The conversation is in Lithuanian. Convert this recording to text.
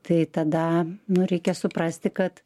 tai tada nu reikia suprasti kad